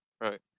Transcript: right